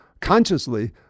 consciously